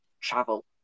travel